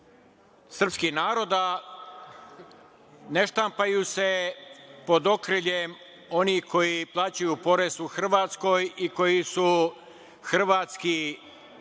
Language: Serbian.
srpskog naroda, ne štampaju se pod okriljem onih koji plaćaju u porez u Hrvatskoj i koji su hrvatski građani,